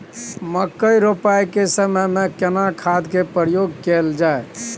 मकई रोपाई के समय में केना खाद के प्रयोग कैल जाय?